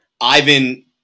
Ivan